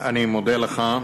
אני מודה לך.